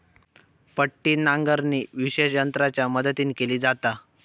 पट्टी नांगरणी विशेष यंत्रांच्या मदतीन केली जाता